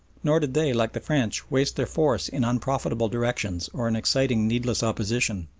nor did they, like the french, waste their force in unprofitable directions or in exciting needless opposition,